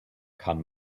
kann